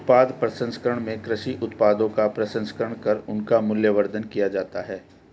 उत्पाद प्रसंस्करण में कृषि उत्पादों का प्रसंस्करण कर उनका मूल्यवर्धन किया जाता है